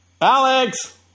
alex